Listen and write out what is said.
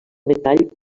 metall